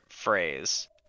phrase